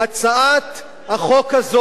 הצעת החוק הזאת